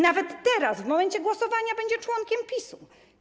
Nawet teraz, w momencie głosowania, będzie członkiem PiS-u.